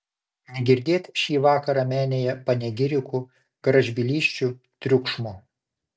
negirdėt šį vakarą menėje panegirikų gražbylysčių triukšmo